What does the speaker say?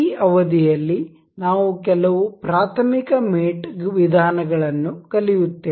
ಈ ಅವಧಿಯಲ್ಲಿ ನಾವು ಕೆಲವು ಪ್ರಾಥಮಿಕ ಮೇಟ್ ವಿಧಾನಗಳನ್ನು ಕಲಿಯುತ್ತೇವೆ